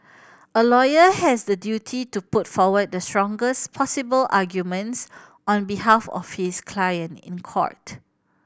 a lawyer has the duty to put forward the strongest possible arguments on behalf of his client in court